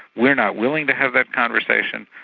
we're not willing to have that conversation,